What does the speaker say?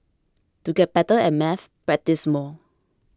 to get better at maths practise more